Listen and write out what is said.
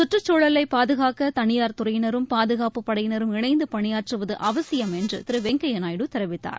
கற்றுச்சூழலை பாதுகாக்க தனியார் துறையினரும் பாதுகாப்புப் படையினரும் இணைந்து பணியாற்றுவது அவசியம் என்று திரு வெங்கையா நாயுடு தெரிவித்தார்